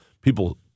people